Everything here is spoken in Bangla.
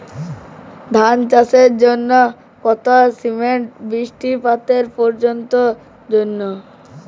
ধান চাষের জন্য কত সেন্টিমিটার বৃষ্টিপাতের প্রয়োজন?